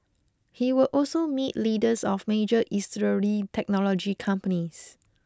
he will also meet leaders of major Israeli technology companies